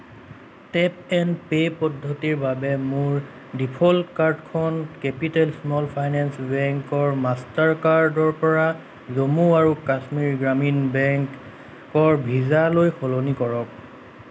tap and pay পদ্ধতিৰ বাবে মোৰ ডিফ'ল্ট কাৰ্ডখন কেপিটেল স্মল ফাইনেন্স বেংকৰ মাষ্টাৰ কাৰ্ডৰ পৰা জম্মু আৰু কাশ্মীৰ গ্ৰামীণ বেংকৰ ভিছালৈ সলনি কৰক